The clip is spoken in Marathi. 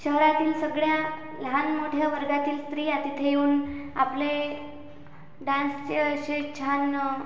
शहरातील सगळ्या लहान मोठ्या वर्गातील स्त्रिया तिथे येऊन आपले डान्सचे असे छान